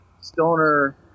stoner